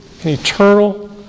eternal